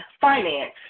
finance